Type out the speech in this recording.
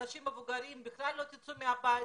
אנשים מבוגרים בכלל לא יצאו מהבית,